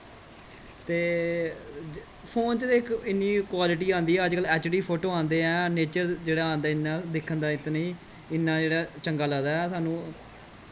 ते फोन च ते इन्नी क्वालटी आंदी अज्ज कल ऐच डी फोटो आंदे ऐ नेचर जेह्ड़ा आंदे इ'यां दिक्खन दा इन्ना जेह्ड़ा चंगा लगदा ऐ सानूं